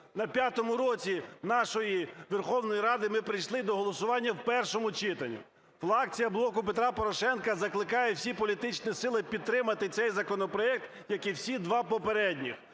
на п'ятому році нашої Верховної Ради ми прийшли до голосування в першому читанні. Фракція "Блоку Петра Порошенка" закликає всі політичні сили підтримати цей законопроект, як і всі два попередніх.